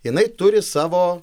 jinai turi savo